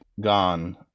gone